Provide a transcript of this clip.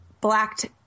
blacked